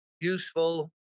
useful